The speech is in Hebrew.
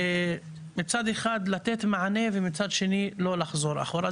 ומצד אחד לתת מענה ומצד שני לא לחזור אחורה.